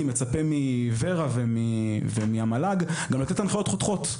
מצפה מארגון ור"ה ומהמל"ג לתת הנחיות חותכות.